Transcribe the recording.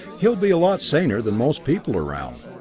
he'll be a lot saner than most people around.